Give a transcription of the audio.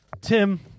Tim